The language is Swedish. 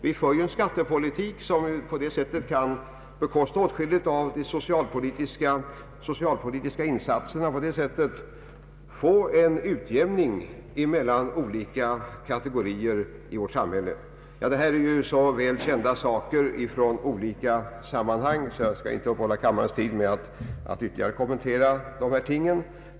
Vi för en skattepolitik som kan bekosta åtskilligt av de socialpolitiska insatserna. På det sättet kan vi få en utjämning mellan olika kategorier i vårt samhälle. Detta är så väl kända saker från olika sammanhang att jag inte vill uppehålla kammarens tid med att ytterligare kommentera dessa ting.